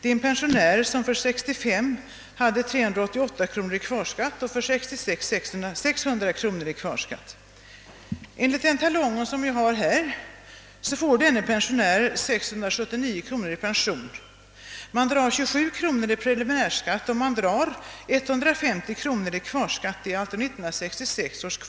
En pensionär hade år 1965 388 kronor i kvarskatt och år 1966 600 kronor. Enligt den talong jag har här får denne pensionär 679 kronor i pension. Man drar 27 kronor i preliminärskatt och 150 kronor i kvarskatt för år 1966.